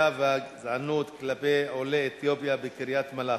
והגזענות כלפי עולי אתיופיה בקריית-מלאכי,